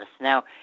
Now